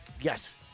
Yes